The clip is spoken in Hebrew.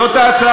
אף אחד